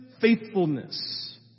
faithfulness